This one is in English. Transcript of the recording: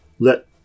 Let